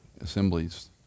assemblies